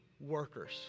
workers